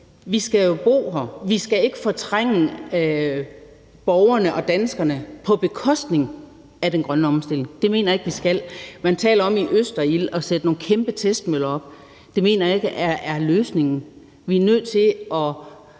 vi skal jo bo her, vi skal ikke fortrænge borgerne og danskerne på grund af den grønne omstilling. Det mener jeg ikke vi skal. Man taler om i Østerild at sætte nogle kæmpe testmøller op, men det mener jeg ikke er løsningen. Vi er nødt til